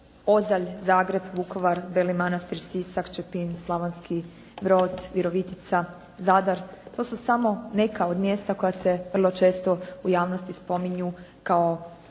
Ozalj, Zagreb, Vukovar, Beli Manastir, Sisak, Čepin, Slavonski Brod, Virovitica, Zadar, to su samo neka od mjesta koja se vrlo često u javnosti spominju kao